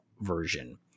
version